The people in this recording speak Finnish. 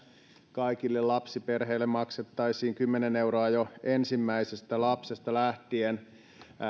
kaikille lapsiperheille maksettaisiin kymmenen euroa jo ensimmäisestä lapsesta lähtien